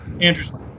Andrew's